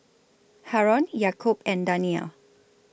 Haron Yaakob and Danial